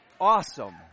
awesome